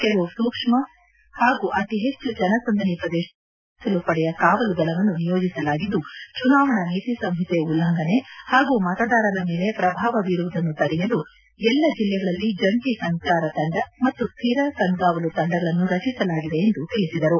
ಕೆಲವು ಸೂಕ್ಷ್ಮ ಹಾಗೂ ಅತಿಹೆಚ್ಚು ಜನಸಂದಣಿ ಪ್ರದೇಶಗಳಲ್ಲಿ ಸಶಸ್ತ್ರ ಮೀಸಲು ಪಡೆಯ ಕಾವಲು ದಳವನ್ನು ನಿಯೋಜಿಸಲಾಗಿದ್ದು ಚುನಾವಣಾ ನೀತಿಸಂಹಿತೆ ಉಲ್ಲಂಘನೆ ಹಾಗೂ ಮತದಾರರ ಮೇಲೆ ಪ್ರಭಾವ ಬೀರುವುದನ್ನು ತಡೆಯಲು ಎಲ್ಲ ಜಿಲ್ಲೆಗಳಲ್ಲಿ ಜಂಟಿ ಸಂಚಾರ ತಂಡ ಮತ್ತು ಸ್ಥಿರ ಕಣ್ಗಾವಲು ತಂಡಗಳನ್ನು ರಚಿಸಲಾಗಿದೆ ಎಂದು ತಿಳಿಸಿದರು